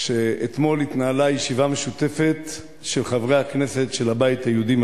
שאתמול התנהלה ישיבה משותפת של חברי הכנסת של הבית היהודי,